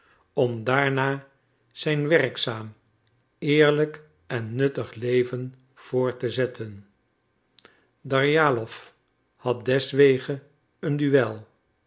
om daarna zijn werkzaam eerlijk en nuttig leven voort te zetten darjalow had deswege een duel